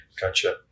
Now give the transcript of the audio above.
gotcha